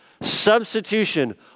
Substitution